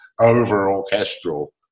over-orchestral